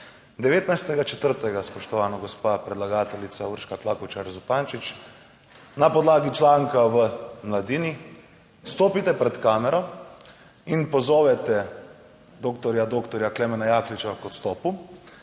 19. 4. spoštovana gospa predlagateljica Urška Klakočar Zupančič, na podlagi članka v Mladini stopite pred kamero in pozovete doktorja doktorja Klemena Jakliča k odstopu,